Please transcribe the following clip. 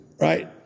Right